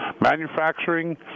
manufacturing